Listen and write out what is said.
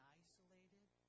isolated